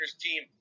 team